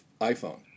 iPhone